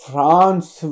France